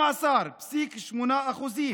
כ-12.8%,